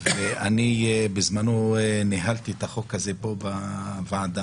ואני בזמנו ניהלתי את החוק הזה פה בוועדה.